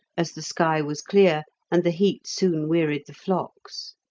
as the sky was clear and the heat soon wearied the flocks.